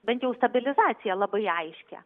bent jau stabilizaciją labai aiškią